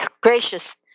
gracious